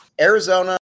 Arizona